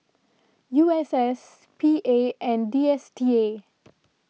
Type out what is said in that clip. U S S P A and D S T A